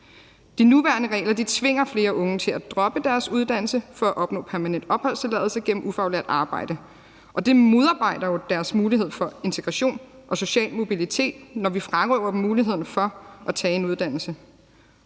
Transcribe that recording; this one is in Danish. De nuværende regler tvinger flere unge til at droppe deres uddannelse for at opnå permanent opholdstilladelse gennem ufaglært arbejde, og det modarbejder jo deres mulighed for integration og social mobilitet, når vi frarøver dem muligheden for at tage en uddannelse.